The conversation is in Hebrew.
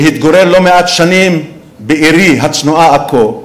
שהתגורר לא מעט שנים בעירי הצנועה עכו,